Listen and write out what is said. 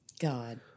god